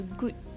good